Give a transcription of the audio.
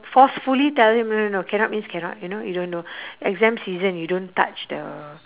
forcefully tell him no no no cannot means cannot you know you don't do exam season you don't touch the